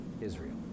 Israel